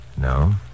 No